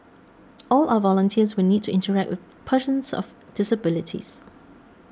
all our volunteers will need to interact with persons of disabilities